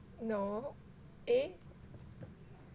no eh